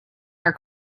our